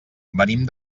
venim